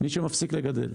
מי שמפסיק לגדל.